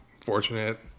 fortunate